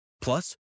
Plus